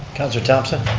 councilor thomson.